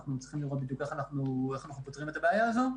אנחנו צריכים לראות איך בדיוק אנחנו פותרים את הבעיה הזו.